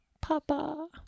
Papa